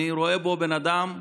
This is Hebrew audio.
אני רואה בו בן אדם רגיל,